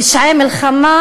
פשעי מלחמה,